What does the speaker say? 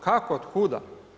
Kako od kuda?